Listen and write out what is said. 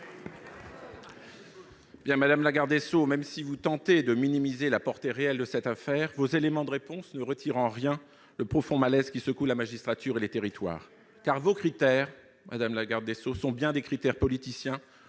Madame la garde des sceaux, même si vous tentez de minimiser la portée réelle de cette affaire, vos éléments de réponse n'apaisent en rien le profond malaise qui secoue la magistrature et les territoires. En effet, vos critères, madame la garde des sceaux, sont bien des critères politiciens,